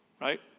right